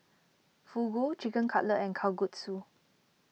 Fugu Chicken Cutlet and Kalguksu